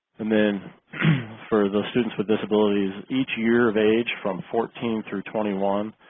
and then for the students with disabilities each year of age from fourteen through twenty one